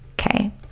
Okay